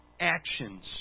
actions